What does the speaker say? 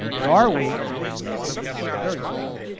but are we on the top thirty list?